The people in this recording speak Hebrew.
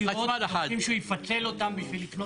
רוצים שהוא יפצל אותם בשביל לקנות.